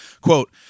Quote